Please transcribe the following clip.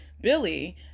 Billy